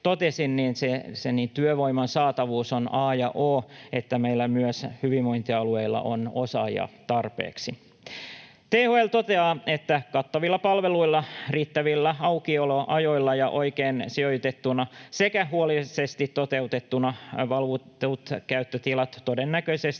niin se työvoiman saatavuus on a ja o, että meillä myös hyvinvointialueilla on osaajia tarpeeksi. THL toteaa, että kattavilla palveluilla, riittävillä aukioloajoilla ja oikein sijoitettuina sekä huolellisesti toteutettuina valvotut käyttötilat todennäköisesti